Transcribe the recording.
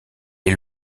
est